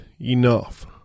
enough